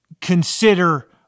consider